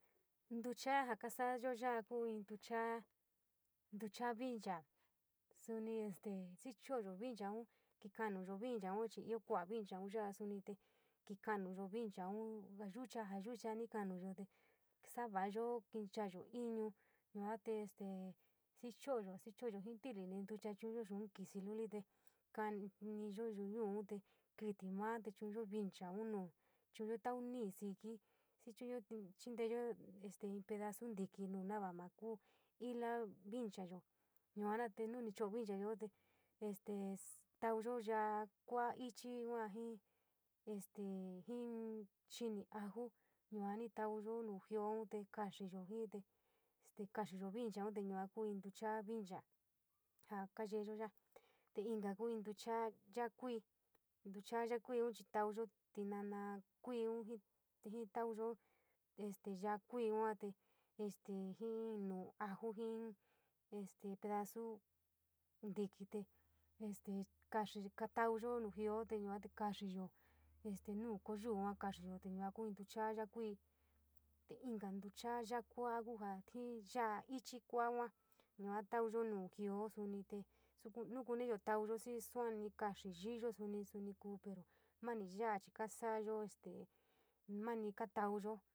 Ntucha'la ja kasa´ayo ya'a ku in ntucha ntucha'a vincha soni este xichooyo vinchaun, ki karanyo vinchaun chi io kuota vinchaun ya'a soni te ki kananyo vinchaun jo yuchanjo yuchani karanyo te sauaiyo kincheiyo tinu yuu chi este xichoiyo jii in titi in ntucha chuujo nu. In kisi lulite kaniyo yuu tiun te kii tou te chuuño vinchaun no chuujioua niti xii xii chuujiou, chinchiyo in pedaso ntei, nu nava makuu ila vinchaio yuoma te koni chiou vinchayo este tauyo yula kuo io chi yuon jii in xint aju yuu nu toayo nu jio te kaxiiyo ja te este kaxiiyo inchou nu koo in ntucha vincha ja kayeiyo te. Te kaa ku ntuchaul ya'la koo, ntucha yula koot tauyo tinau kuoi jii, jii dauyo este yai kuu yua te este jii in nouiajo jii este in podasu ntikai te este kaxiiyo, tauyo nu jio yua te kaxiiyo nu kou yuu kaxiiyo yuoi kii in ntucha yula koo. Te yua tauyo nu jio soni ku joi yula ichi kua yua kaxi'yi'yo soni ku pero nani va´a kasa´ayo este mani ka tauyo.